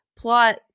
Plot